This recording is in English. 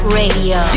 radio